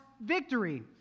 victory